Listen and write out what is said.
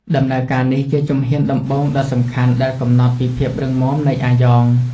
ដំណើរការនេះជាជំហានដំបូងដ៏សំខាន់ដែលកំណត់ពីភាពរឹងមាំនៃអាយ៉ង។